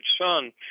son